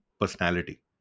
personality